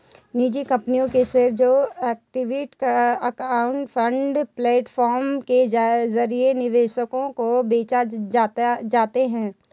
निजी कंपनियों के शेयर जो इक्विटी क्राउडफंडिंग प्लेटफॉर्म के जरिए निवेशकों को बेचे जाते हैं